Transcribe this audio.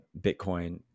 Bitcoin